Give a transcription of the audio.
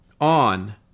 on